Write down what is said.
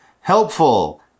helpful